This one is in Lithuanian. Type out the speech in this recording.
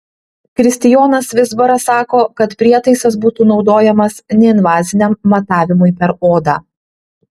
kristijonas vizbaras sako kad prietaisas būtų naudojamas neinvaziniam matavimui per odą